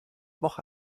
woche